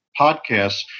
podcasts